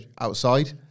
outside